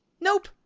Nope